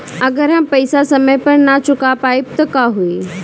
अगर हम पेईसा समय पर ना चुका पाईब त का होई?